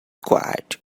quite